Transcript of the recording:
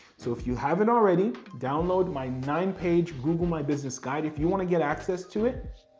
so if you haven't already, download my nine page google my business guide. if you wanna get access to it,